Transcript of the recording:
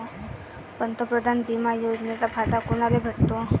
पंतप्रधान बिमा योजनेचा फायदा कुनाले भेटतो?